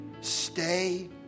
Stay